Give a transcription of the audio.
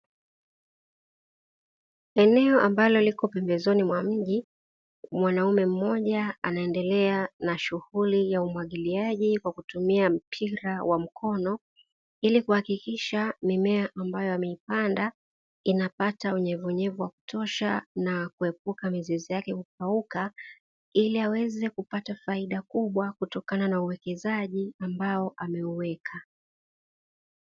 Eneo ambalo liko pembezoni mwa mji, mwanaume mmoja anaendelea na shughuli ya umwagiliaji kwa kutumia mpira wa mikono, ili kuhakikisha mimea ambayo ameipanda inapata unyevuunyevu wa kutosha na kuepuka mizizi yake kupauka; ili aweze kupata faida kubwa kutokana na uwekezaji ambao ameuweka.